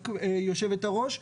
יושבת-הראש,